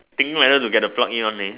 thinking whether to get the plug in only